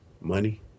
Money